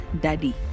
daddy